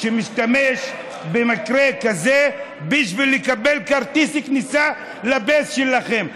שמשתמש במקרה כזה בשביל לקבל כרטיס כניסה ל-base שלכם.